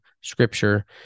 Scripture